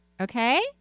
Okay